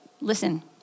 listen